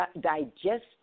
digest